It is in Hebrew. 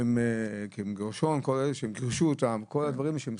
כמו גרשון, שגירשו אותם, כל הדברים האלה שמסמלים.